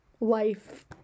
life